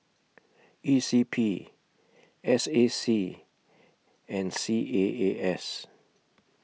E C P S A C and C A A S